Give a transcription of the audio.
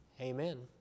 Amen